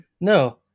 no